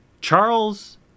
Charles